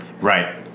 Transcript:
Right